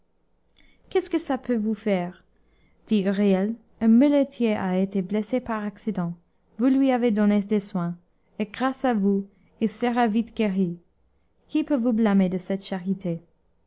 qu'est-ce que ça peut vous faire dit huriel un muletier a été blessé par accident vous lui avez donné des soins et grâce à vous il sera vite guéri qui peut vous blâmer de cette charité